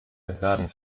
behörden